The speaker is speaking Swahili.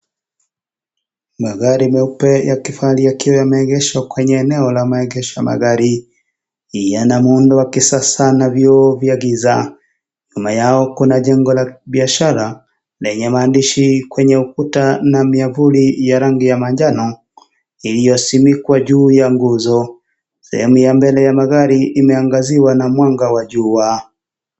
Magari meupe ya kifahari yakiwa yameegeshwa kwenye eneo ya maegesho ya magari. Yana muundo wa kisasa na vioo vya giza. Nyuma yao kuna jengo la kibiashra na yenye maandishi kwenye ukuta na miavuli ya rangi ya manjano iliyosimikwa juu ya nguzo. Sehemu ya mbele ya magari imeangaziwa na mwanga wa jua.